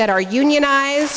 that are unionized